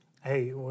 hey